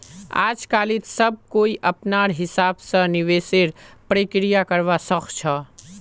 आजकालित सब कोई अपनार हिसाब स निवेशेर प्रक्रिया करवा सख छ